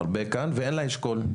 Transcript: אין אשכול,